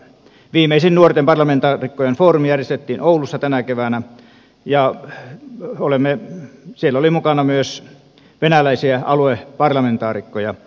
viimeisin nuorten parlamentaarikkojen foorumi järjestettiin oulussa tänä keväänä ja siellä oli mukana myös venäläisiä alueparlamentaarikkoja